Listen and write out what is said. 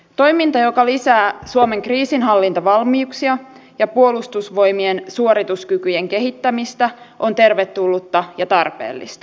toiminta joka lisää suomen kriisinhallintavalmiuksia ja puolustusvoimien suorituskykyjen kehittämistä on tervetullutta ja tarpeellista